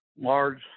large